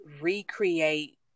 recreate